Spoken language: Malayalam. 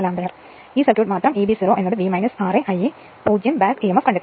അതിനാൽ ഈ സർക്യൂട്ട് മാത്രം Eb 0 V ra Ia 0 back e mf കണ്ടെത്തുക